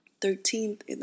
Thirteenth